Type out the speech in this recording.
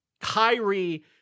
Kyrie